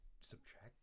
subtract